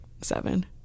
seven